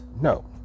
No